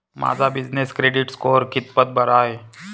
माझा business credit score कितपत बरा आहे?